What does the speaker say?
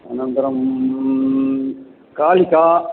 अनन्तरं कालिका